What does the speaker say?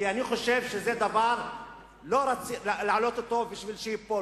כי אני חושב שזה דבר שלא רצוי להעלות אותו כדי שייפול,